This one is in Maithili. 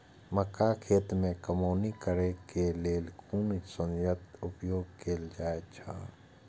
मक्का खेत में कमौनी करेय केय लेल कुन संयंत्र उपयोग कैल जाए छल?